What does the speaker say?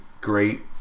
great